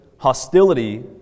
Hostility